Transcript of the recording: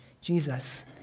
Jesus